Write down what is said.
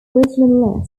original